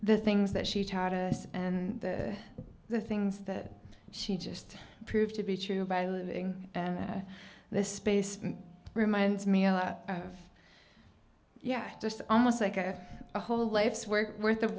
the things that she taught us and the things that she just proved to be true by living and that the space reminds me a lot of yeah just almost like a whole life's work worth of